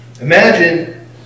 Imagine